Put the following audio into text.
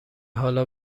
حالا